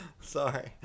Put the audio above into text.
Sorry